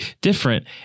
different